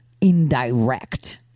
indirect